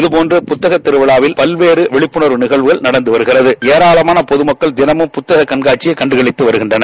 இதுபோன்று புத்தகத்திருவிழாவில் காட்சியளித்தது பல்வேறு விழிப்புணர்வு நிகழ்வுகள் நடந்து வருகிறது ஏராளமான பொதுமக்கள் தினமும் புத்தக கண்காட்சியை கண்டுவருகின்றனர்